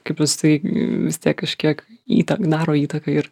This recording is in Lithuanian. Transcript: kaip jisai vis tiek kažkiek įta daro įtaką ir